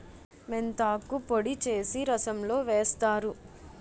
మెంతాకు పొడి చేసి రసంలో వేస్తారు